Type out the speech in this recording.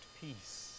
peace